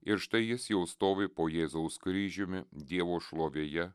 ir štai jis jau stovi po jėzaus kryžiumi dievo šlovėje